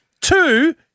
two